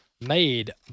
made